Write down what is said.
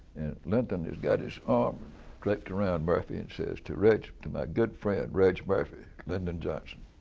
lyndon has got his arm draped around murphy and says to reg, to my good friend, reg murphy, lyndon johnson.